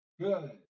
Good